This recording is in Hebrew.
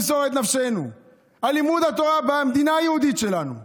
למסור את נפשנו על לימוד התורה במדינה היהודית שלנו.